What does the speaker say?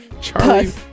Charlie